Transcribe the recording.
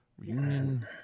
Reunion